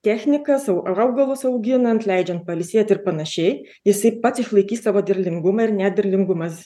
techniką sau ar augalus auginant leidžiant pailsėti ir panašiai jisai pats išlaikys savo derlingumą ir net derlingumas